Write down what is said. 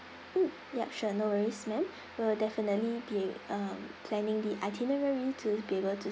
mm yup sure no worries ma'am we will definitely be uh planning the itinerary to be able to